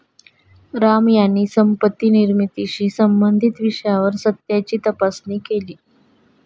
राम यांनी संपत्ती निर्मितीशी संबंधित विषयावर सत्याची तपासणी केली